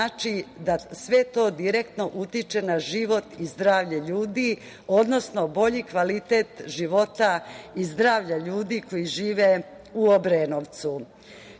da sve to direktno utiče na život i zdravlje ljudi, odnosno bolji kvalitet života i zdravlja ljudi koji žive u Obrenovcu. Kada